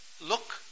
look